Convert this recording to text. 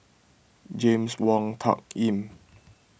James Wong Tuck Yim